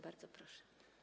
Bardzo proszę.